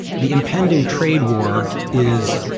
the impending trade war is,